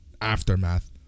Aftermath